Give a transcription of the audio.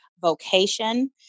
vocation